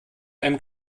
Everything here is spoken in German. einem